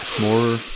more